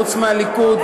חוץ מהליכוד,